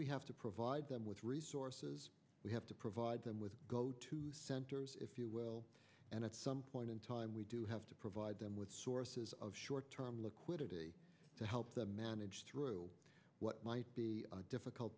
we have to provide them with resources we have to provide them with go to centers if you will and at some point in time we do have to provide them with sources of short term liquidity to help them manage through what might be a difficult